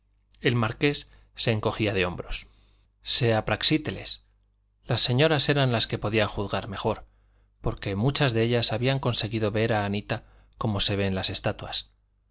el marqués se encogía de hombros sea praxíteles las señoras eran las que podían juzgar mejor porque muchas de ellas habían conseguido ver a anita como se ven las estatuas